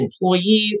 employee